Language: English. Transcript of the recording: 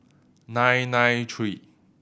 nine nine three